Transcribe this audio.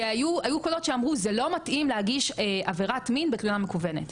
כי היו קולות שאמרו: "זה לא מתאים להגיש עבירת מין בתלונה מקוונת".